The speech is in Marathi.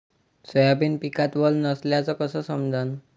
सोयाबीन पिकात वल नसल्याचं कस समजन?